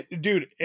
Dude